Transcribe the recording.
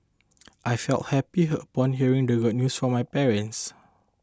I felt happy upon hearing the good news from my parents